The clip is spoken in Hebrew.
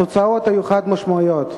התוצאות היו חד-משמעיות.